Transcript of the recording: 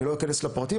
אני לא אכנס לפרטים,